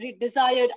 desired